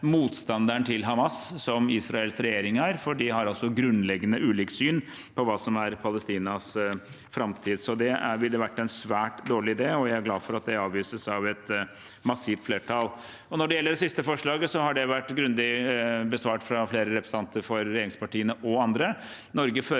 motstandere til Hamas som Israels regjering er, for de har altså grunnleggende ulikt syn på hva som er Palestinas framtid. Så det ville vært en svært dårlig idé, og jeg er glad for at det avvises av et massivt flertall. Når det gjelder det siste forslaget, har det vært grundig besvart fra flere representanter for regjeringspartiene og andre.